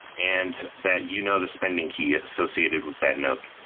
and that you know the spending key associated with that note,